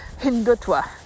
Hindutva